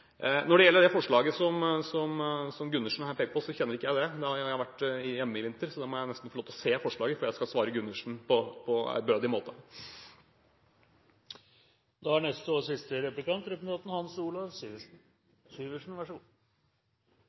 Når det gjelder det forslaget som Gundersen peker på, kjenner jeg det ikke, da jeg har vært hjemme i vinter. Jeg må nesten få lov til å se forslaget før jeg svarer Gundersen på en ærbødig måte. Forslaget som opposisjonen har om produktivitetsindikatorer, står nok etter der representanten Micaelsen fikk sitt mageplask. Det er vel grunnen til at han ikke kom så langt som til det forslaget i